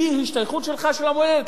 היא השתייכות שלך למולדת.